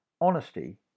Honesty